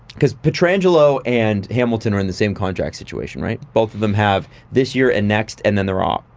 because pietrangelo and hamilton are in the same contract situation, right? both of them have this year and next and then they're off,